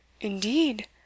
indeed